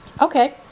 Okay